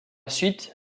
suite